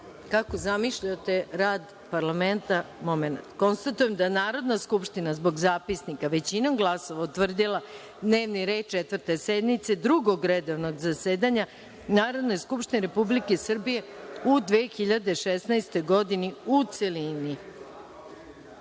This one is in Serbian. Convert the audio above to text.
zamišljate rad parlamenta? Momenat. Konstatujem da je Narodna skupština, zbog zapisnika, većinom glasova, utvrdila dnevni red Četvrte sednice Drugog redovnog zasedanja Narodne skupštine Republike Srbije u 2016. godini, u celini.D